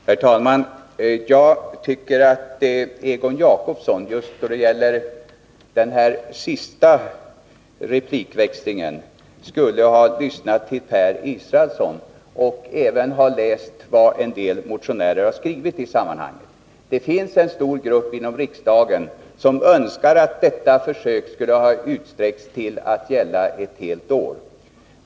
Herr talman! Jag tycker att Egon Jacobsson just då det gäller den sista replikväxlingen skulle ha lyssnat till Per Israelsson och även ha läst vad en del motionärer har skrivit i sammanhanget. Det finns en stor grupp inom riksdagen som önskar att detta försök skulle ha utsträckts till att gälla ett helt år.